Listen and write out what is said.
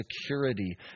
security